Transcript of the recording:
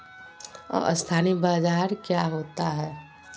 अस्थानी बाजार क्या होता है?